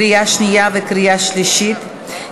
קריאה שנייה וקריאה שלישית.